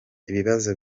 ibibazo